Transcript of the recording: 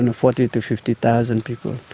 and forty to fifty thousand people.